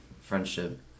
friendship